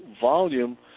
volume